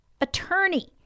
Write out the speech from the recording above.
attorney